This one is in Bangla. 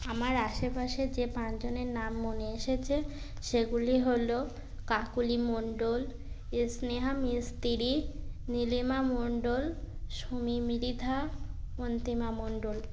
আমার আশেপাশের যে পাঁচজনের নাম মনে এসেচে সেগুলি হল কাকলি মণ্ডল স্নেহা মিস্ত্রি নিলিমা মণ্ডল সুমি মৃধা অন্তিমা মণ্ডল